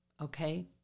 okay